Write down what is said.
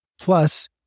Plus